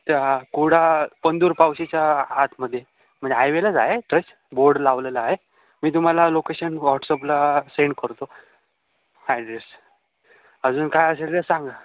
इथे हां कुडाळ पणदूर पावशीच्या आतमध्ये म्हणजे हायवेलाच आहे टच बोर्ड लावलेला आहे मी तुम्हाला लोकेशन व्हॉट्सअपला सेंड करतो ॲड्रेस अजून काय असेल तर सांगा